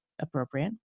appropriate